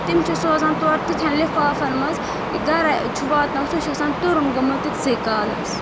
تِم چِھِ سوزان توٚرٕ تِتھٮ۪ن لِفافن منٛز گرے چھِ واتاوان سُہ چھُ آسان تُرُن گوٚمُت تِتھسٕے کالس